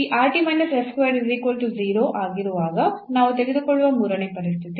ಈ ಆಗಿರುವಾಗ ನಾವು ತೆಗೆದುಕೊಳ್ಳುವ ಮೂರನೇ ಪರಿಸ್ಥಿತಿ